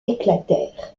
éclatèrent